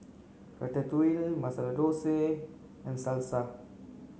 Ratatouille Masala Dosa and Salsa